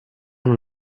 non